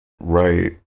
right